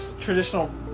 traditional